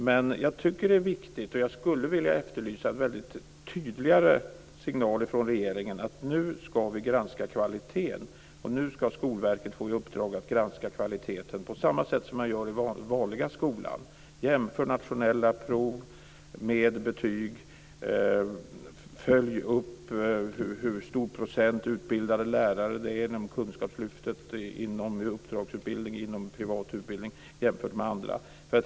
Men jag tycker att det är viktigt, och jag skulle vilja efterlysa tydligare signaler från regeringen om att vi nu skall granska kvaliteten och ge Skolverket i uppdrag att granska kvaliteten på samma sätt som man gör i den vanliga skolan, dvs. jämföra nationella prov med betyg och följa upp hur stor procent utbildade lärare som finns inom kunskapslyftet, inom uppdragsutbildning och inom privat utbildning jämfört med andra.